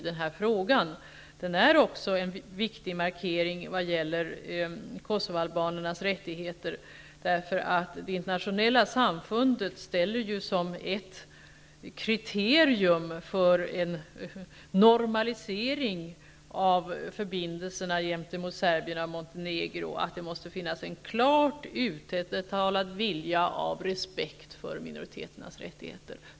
Den är också en viktig markering vad gäller kosovoalbanernas rättigheter, därför att det internationella samfundet uppställer som ett kriterium för en normalisering av förbindelserna gentemot Serbien och Montenegro att det måste finnas en klart uttalad vilja av respekt för minoriteternas rättigheter.